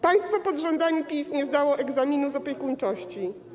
Państwo pod rządami PiS nie zdało egzaminu z opiekuńczości.